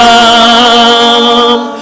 Come